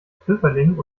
pfifferling